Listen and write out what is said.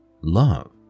love